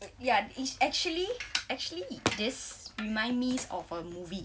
ya it's actually actually this reminds me of a movie